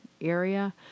area